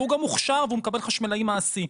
והוא גם מוכשר והוא מקבל חשמלאי מעשי,